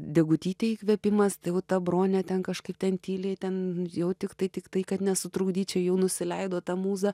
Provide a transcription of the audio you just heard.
degutytei įkvėpimas tai jau ta bronė ten kažkaip ten tyliai ten jau tiktai tiktai kad nesutrukdyčiau jau nusileido ta mūza